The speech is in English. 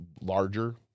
larger